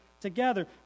together